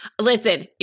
listen